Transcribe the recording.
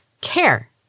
care